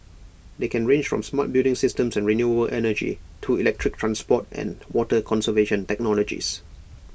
they can range from smart building systems and renewable energy to electric transport and water conservation technologies